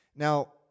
Now